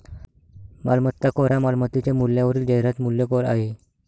मालमत्ता कर हा मालमत्तेच्या मूल्यावरील जाहिरात मूल्य कर आहे